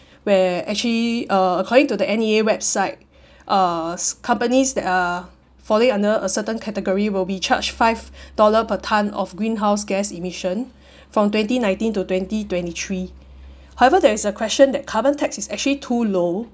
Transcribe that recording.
where actually uh according to the N_E_A website uh companies that are falling under a certain category will be charged five dollar per tonne of greenhouse gas emission from twenty nineteen to twenty twenty three however there is a question that carbon tax is actually too low